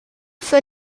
für